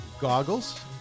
goggles